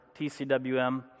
TCWM